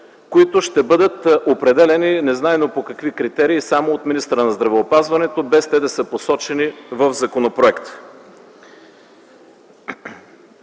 които ще бъдат определени незнайно по какви критерии само от министъра на здравеопазването, без те да са посочени в законопроекта.